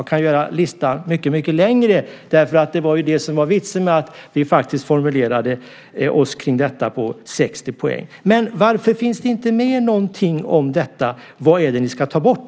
Man kan göra listan mycket längre därför att det var det som var vitsen med att vi faktiskt formulerade detta när det gäller 60 poäng. Men varför finns det inte med någonting om detta? Vad är det som ni ska ta bort?